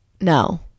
No